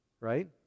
Right